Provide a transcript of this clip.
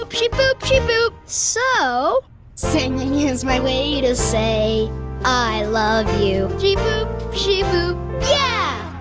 ah she boop, she boop so singing is my way to say i love you she boop, she boop yeah!